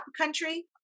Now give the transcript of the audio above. country